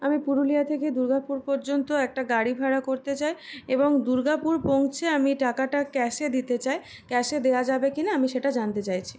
আমি পুরুলিয়া থেকে দূর্গাপুর পর্যন্ত একটা গাড়ি ভাড়া করতে চাই এবং দুর্গাপুর পৌঁছে আমি টাকাটা ক্যাশে দিতে চাই ক্যাশে দেওয়া যাবে কিনা আমি সেটা জানতে চাইছি